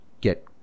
get